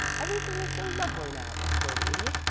everything is so lovely now, explained the idiot,